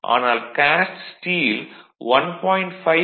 ஆனால் cast steel 1